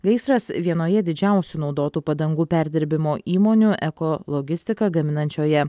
gaisras vienoje didžiausių naudotų padangų perdirbimo įmonių eko logistika gaminančioje